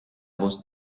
was